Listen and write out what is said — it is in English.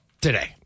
today